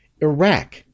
Iraq